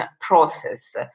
process